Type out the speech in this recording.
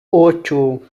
ocho